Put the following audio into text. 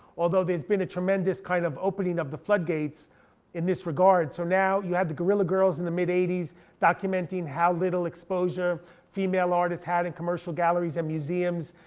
although there's been a tremendous kind of opening of the floodgates in this regard. so now you have the gorilla girls in the mid eighty s documenting how little exposure female artists had in commercial galleries and museums.